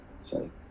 sorry